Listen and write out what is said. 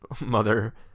mother